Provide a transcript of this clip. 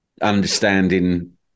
understanding